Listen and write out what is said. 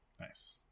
Nice